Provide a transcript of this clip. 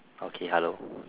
okay hello